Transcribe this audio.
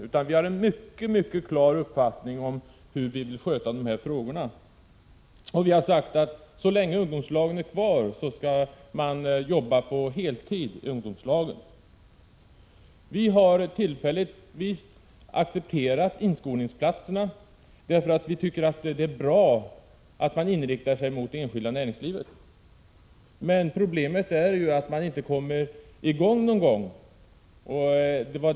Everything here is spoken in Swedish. Vi inom centerpartiet har en mycket klar uppfattning om hur de här frågorna bör lösas. Vi har sagt, att så länge ungdomslagen är kvar, bör man arbeta på heltid där. Vi har tillfälligt accepterat inskolningsplatserna, eftersom vi tycker att det är bra att man inriktar sig på det enskilda näringslivet. Men problemet är ju att man aldrig kommer i gång.